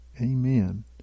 Amen